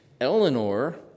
Eleanor